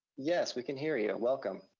yes, we can hear you, welcome.